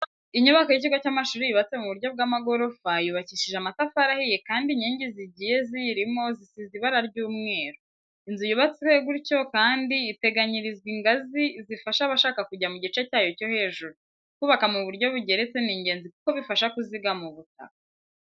Inyubako y'ikigo cy'amashuri yubatse mu buryo bw'amagorofa, yubakishije amatafari ahiye kandi inkingi zigiye ziyirimo zisize ibara ry'umweru. Inzu yubatse gutyo kandi iteganyirizwa ingazi zifasha abashaka kujya mu gice cyayo cyo hejuru. Kubaka mu buryo bugeretse ni ingenzi kuko bifasha kuzigama ubutaka.